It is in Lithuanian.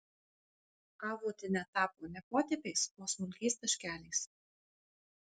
avuotinia tapo ne potėpiais o smulkiais taškeliais